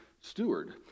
steward